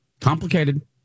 Complicated